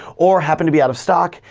or happen to be out of stock,